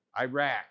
Iraq